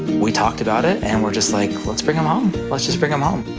we talked about it, and we're just like, let's bring him home. let's just bring him home.